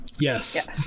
Yes